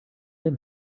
him